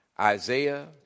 Isaiah